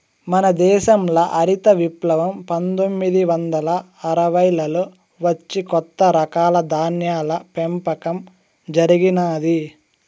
మన దేశంల హరిత విప్లవం పందొమ్మిది వందల అరవైలలో వచ్చి కొత్త రకాల ధాన్యాల పెంపకం జరిగినాది